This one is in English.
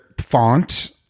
font